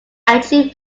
aachen